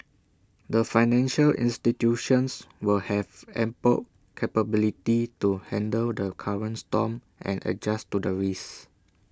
the financial institutions will have ample capability to handle the current storm and adjust to the risks